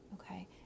okay